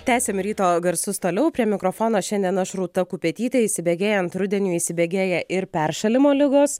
tęsiam ryto garsus toliau prie mikrofono šiandien aš rūta kupetytė įsibėgėjant rudeniui įsibėgėja ir peršalimo ligos